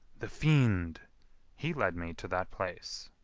the fiend' he led me to that place.